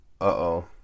uh-oh